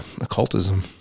occultism